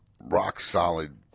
rock-solid